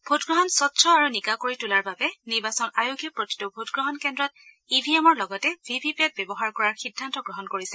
ভোটগ্ৰহণ স্বচ্ছ আৰু নিকা কৰি তোলাৰ বাবে নিৰ্বাচন আয়োগে প্ৰতিটো ভোটগ্ৰহণ কেন্দ্ৰত ইভিএমৰ লগতে ভিভিপেট ব্যৱহাৰ কৰাৰ সিদ্ধান্ত গ্ৰহণ কৰিছে